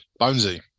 Bonesy